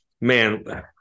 Man